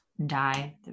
Die